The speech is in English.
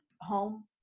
home